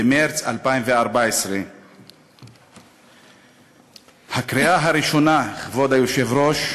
במרס 2014. הקריאה הראשונה, כבוד היושב-ראש,